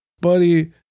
buddy